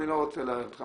אני לא רוצה להלאות אתכם,